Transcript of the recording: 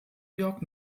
york